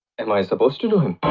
am i supposed to know him?